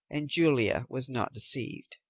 and julia was not deceived.